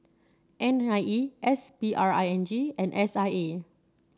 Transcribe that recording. N I E S P R I N G and S I A